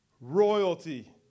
Royalty